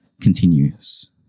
continues